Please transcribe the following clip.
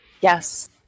Yes